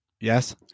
Yes